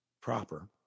proper